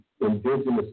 indigenous